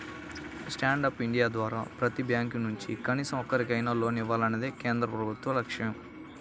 stand up India ద్వారా ప్రతి bank నుంచి కనీసం ఒక్కరికైనా లోన్ ఇవ్వాలన్నదే కేంద్ర ప్రభుత్వ లక్ష్యం